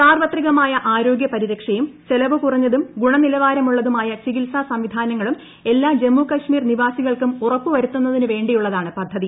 സാർവത്രികമായ ആരോഗ്യ പരിരക്ഷയും ചെലവുകുറ ഞ്ഞതും ഗുണനിലവാരമുള്ളതുമായ ചികിത്സാ സംവിധാനങ്ങളും എല്ലാ ജമ്മുകൾമീർ നിവാസികൾക്കും ഉറപ്പുവരൂത്യു്ന്ന തിനു വേിയുള്ളതാണ് പദ്ധതി